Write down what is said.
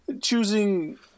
choosing